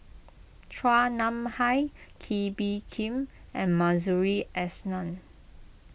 Chua Nam Hai Kee Bee Khim and Masuri S Nann